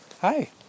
Hi